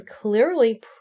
clearly